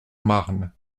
marne